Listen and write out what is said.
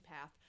path